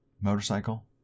motorcycle